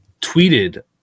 tweeted